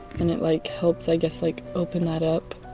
and it like helped i guess like open that up.